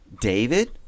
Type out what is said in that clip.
David